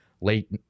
late